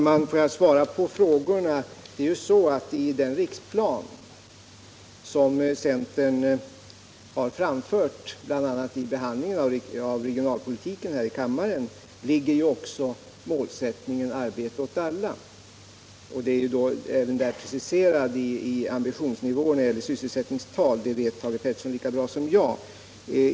Herr talman! I den riksplan som centern har framlagt bl.a. vid behandlingen här i kammaren av regionalpolitiken ligger också målsättningen arbete åt alla. Planen är ratificerad i fråga om ambitionsnivån när det gäller antalet sysselsättningstillfällen. Det vet Thage Peterson lika bra som jag.